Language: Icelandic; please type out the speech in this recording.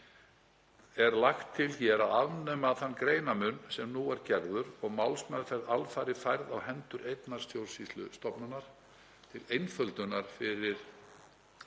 er lagt til hér að afnema þann greinarmun sem nú er gerður og málsmeðferð alfarið færð á hendur einnar stjórnsýslustofnunar til einföldunar fyrir